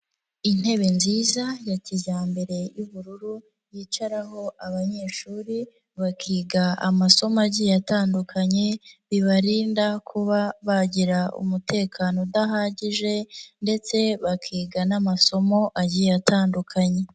Intebe nziza ya kijyambere y'ubururu yicaraho abanyeshuri, bakiga amasomo agiye atandukanye, bibarinda kuba bagira umutekano udahagije, ndetse bakiga n'amasomo agiye atandukanye.